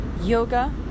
Yoga